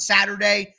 Saturday